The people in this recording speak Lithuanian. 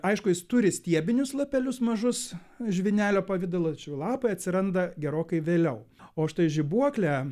aišku jis turi stiebinius lapelius mažus žvynelio pavidalo lapai atsiranda gerokai vėliau o štai žibuoklė